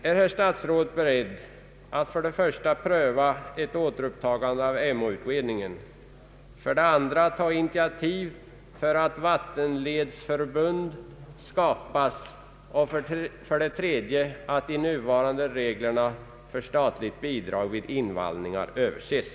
för det första att pröva ett återupptagande av Emåutredningen, för det andra att ta initiativ till att vattenledsförbund skapas och för det tredje att se till att de nuvarande reglerna för statligt bidrag vid invallningar överses?